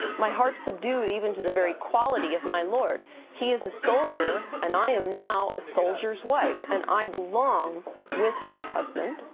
my heart's subdued even to the very quality of my lord he is a soldier, and i am now a soldier's wife, and i belong with my husband.